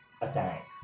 attack